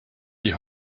die